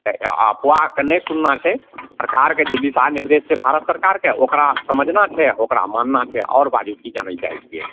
आओर अफवाहके नहि सुनना छै सरकारके जे दिशानिर्देश छै भारत सरकारके ओकरा समझना छै ओकरा मानना छै और बाजू की जानय चाहय छियै